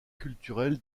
culturel